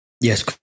yes